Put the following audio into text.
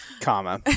comma